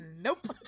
nope